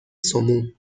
سموم